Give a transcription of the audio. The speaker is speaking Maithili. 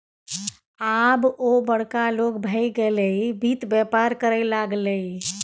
आब ओ बड़का लोग भए गेलै वित्त बेपार करय लागलै